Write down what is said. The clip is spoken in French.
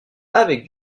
avec